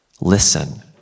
listen